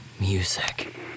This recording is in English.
music